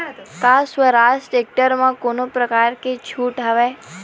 का स्वराज टेक्टर म कोनो प्रकार के छूट हवय?